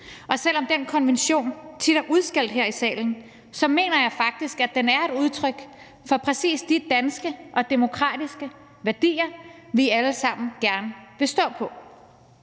Og selv om den konvention tit er udskældt her i salen, mener jeg faktisk, at den er et udtryk for præcis de danske og demokratiske værdier, vi alle sammen gerne vil stå på.